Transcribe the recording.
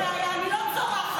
את ממשיכה להפריע.